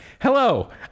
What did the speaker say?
Hello